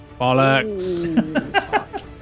Bollocks